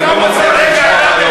אני לא מצליח לשמוע.